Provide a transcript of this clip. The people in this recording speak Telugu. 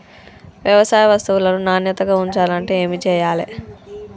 వ్యవసాయ వస్తువులను నాణ్యతగా ఉంచాలంటే ఏమి చెయ్యాలే?